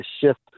shift